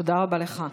תודה רבה לך.